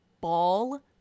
Ball